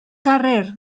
carrer